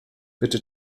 bitte